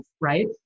right